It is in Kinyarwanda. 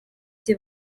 city